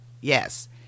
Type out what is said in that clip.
yes